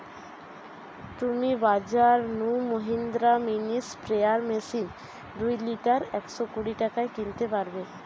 তুমি বাজর নু মহিন্দ্রা মিনি স্প্রেয়ার মেশিন দুই লিটার একশ কুড়ি টাকায় কিনতে পারবে